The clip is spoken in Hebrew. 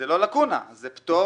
זו לא לאקונה, זה פטור